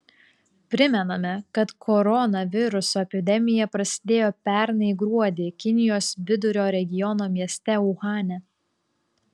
primename kad koronaviruso epidemija prasidėjo pernai gruodį kinijos vidurio regiono mieste uhane